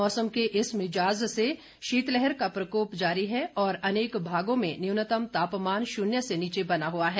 मौसम के इस मिजाज से शीत लहर का प्रकोप जारी है और अनेक भागों में न्यूनतम तापमान शून्य से नीचे बना हुआ है